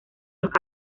los